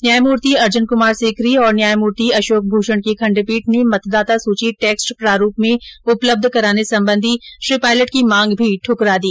न्यायमूर्ति अर्जन कमार सिकरी और न्यायमूर्ति अशोक भूषण की खंडपीठ ने मतदाता सूची टेक्स्ट प्रारूप में उपलब्ध कराने संबंधी श्री पायलट की मांग भी दूकरा दी